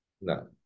No